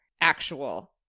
actual